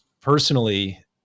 personally